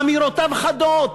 אמירותיו חדות,